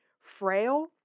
frail